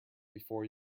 before